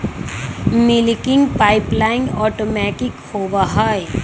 milking pipeline automatic होबा हई